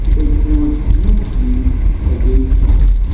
it was hugely a game changer.